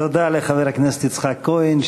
תודה לחבר הכנסת יצחק כהן,